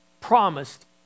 promised